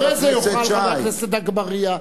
אחרי זה יוכלו חבר הכנסת אגבאריה,